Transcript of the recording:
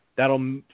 That'll